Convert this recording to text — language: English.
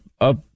up